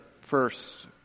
first